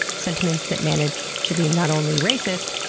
sentiments that managed to be not only racist,